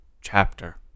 chapter